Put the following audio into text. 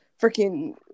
freaking